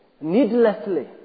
needlessly